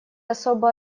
особо